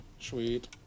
Sweet